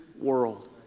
world